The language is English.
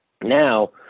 now